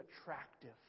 attractive